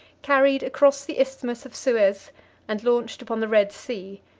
carried across the isthmus of suez and launched upon the red sea,